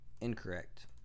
incorrect